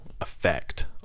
effect